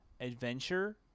adventure